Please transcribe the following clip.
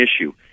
issue